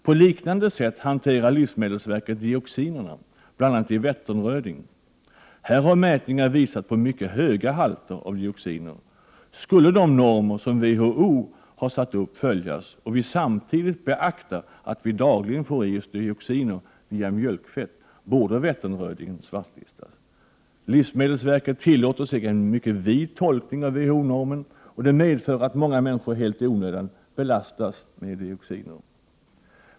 På liknande sätt hanterar livsmedelsverket dioxinerna, bl.a. i Vätterröding. Här har mätningar visat på mycket höga halter av dioxiner. Skulle de normer som WHO har satt upp följas och skulle vi samtidigt beakta att vi dagligen får i oss dioxiner via mjölkfett, borde Vätterrödingen svartlistas. Livsmedelsverket tillåter sig en mycket vid tolkning av WHO-normen, och det medför att många människor helt i onödan belastas med dioxiner.